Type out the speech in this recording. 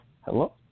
Hello